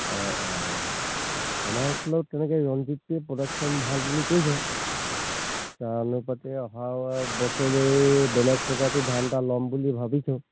অঁ অঁ আমাৰ এইফালেও তেনেকৈ ৰঞ্জিত প্ৰডাকশ্যন ভাল বুলি কৈছে তাৰ অনুপাতে অহা বছৰলৈ বেলেগ প্ৰজাতিৰ ধান এটা ল'ম বুলি ভাবিছোঁ